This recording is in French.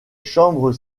chambres